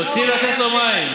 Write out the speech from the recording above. רוצים לתת לו מים,